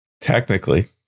Technically